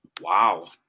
Wow